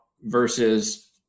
versus